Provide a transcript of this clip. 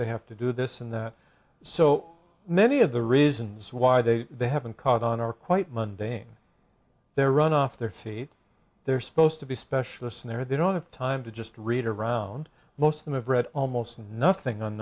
they have to do this and that so many of the reasons why they they haven't caught on are quite mundane they're run off their feet they're supposed to be specialists and they're they don't have time to just read around most of them have read almost nothing on